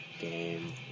game